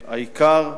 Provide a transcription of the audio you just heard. העיקר,